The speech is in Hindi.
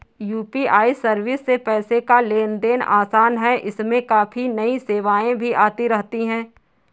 यू.पी.आई सर्विस से पैसे का लेन देन आसान है इसमें काफी नई सेवाएं भी आती रहती हैं